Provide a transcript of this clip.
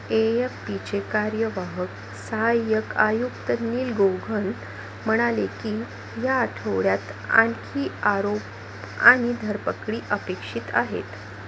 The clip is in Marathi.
ए एफ पीचे कार्यवाहक सहाय्यक आयुक्त नील गौघन म्हणाले की ह्या आठवड्यात आणखी आरोप आणि धरपकडी अपेक्षित आहेत